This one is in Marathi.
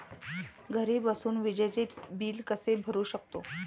घरी बसून विजेचे बिल कसे भरू शकतो?